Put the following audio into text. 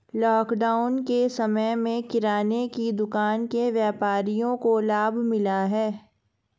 lockdown के समय में किराने की दुकान के व्यापारियों को लाभ मिला है